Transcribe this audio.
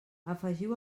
afegiu